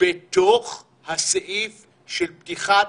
בתוך הסעיף של פתיחת